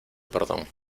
perdón